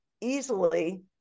easily